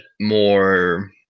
more